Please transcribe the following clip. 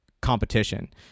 competition